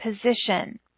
position